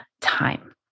time